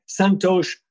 Santosh